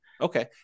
Okay